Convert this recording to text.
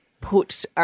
put